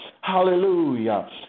Hallelujah